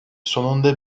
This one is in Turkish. sonunda